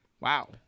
Wow